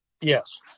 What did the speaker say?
Yes